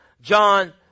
John